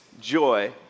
Joy